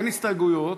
אין הסתייגויות,